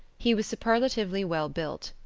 he was superlatively well-built,